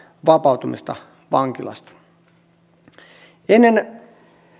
vapautumista vankilasta